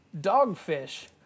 dogfish